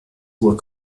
were